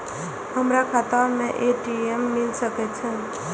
हमर खाता में ए.टी.एम मिल सके छै?